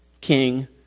king